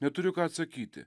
neturiu ką atsakyti